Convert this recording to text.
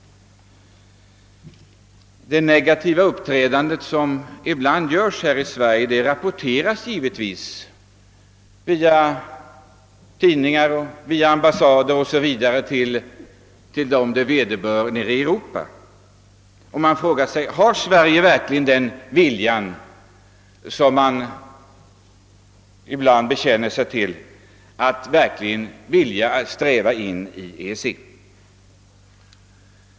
Det negativa uppträdande som ibland förekommer i Sverige rapporteras givetvis via tidningar, ambassader o. s. v. till dem det vederbör i Europa, och de måste fråga sig om Sverige verkligen strävar efter att komma med i EEC.